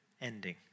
ending